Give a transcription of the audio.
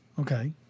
Okay